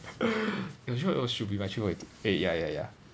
your three point eight should be mine three point two eh ya ya ya